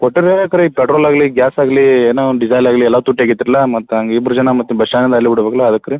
ಕೊಟ್ರಿಲ್ ಬೇಕ್ರೀ ಪೆಟ್ರೋಲ್ ಆಗಲಿ ಗ್ಯಾಸ್ ಆಗಲಿ ಏನೋ ಡೀಸೆಲ್ ಆಗಲಿ ಎಲ ತುಟ್ಯಾಗಿತ್ರಲ ಮತ್ತು ಹಂಗೆ ಇಬ್ರು ಜನ ಮತ್ತು ಬಸ್ ಸ್ಟ್ಯಾಂಡ್ ಅಲಿ ಬಿಡ್ಬೇಕಲ್ಲಾ ಅದಕ್ಕೆ ರೀ